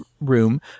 room